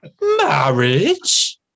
Marriage